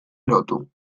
lotu